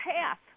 Path